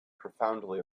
profoundly